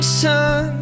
sun